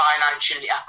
financially